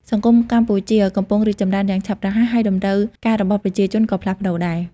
សង្គមកម្ពុជាកំពុងរីកចម្រើនយ៉ាងឆាប់រហ័ស ហើយតម្រូវការរបស់ប្រជាជនក៏ផ្លាស់ប្តូរដែរ។